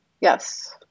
Yes